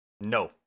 no